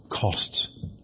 costs